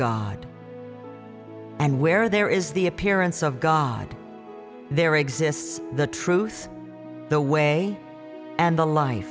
god and where there is the appearance of god there exists the truth the way and the life